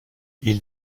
ils